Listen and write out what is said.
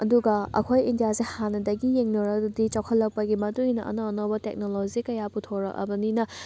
ꯑꯗꯨꯒ ꯑꯩꯈꯣꯏ ꯏꯟꯗꯤꯌꯥꯁꯦ ꯍꯥꯟꯅꯗꯒꯤ ꯌꯦꯡꯅꯔꯨꯔꯒꯗꯤ ꯆꯥꯎꯈꯠꯂꯛꯄꯒꯤ ꯃꯇꯨꯡ ꯏꯟꯅ ꯑꯅꯧ ꯑꯅꯧꯕ ꯇꯦꯛꯅꯣꯂꯣꯖꯤ ꯀꯌꯥ ꯄꯨꯊꯣꯔꯛꯑꯕꯅꯤꯅ